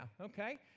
okay